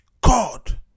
God